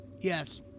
Yes